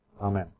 Amen